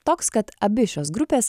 toks kad abi šios grupės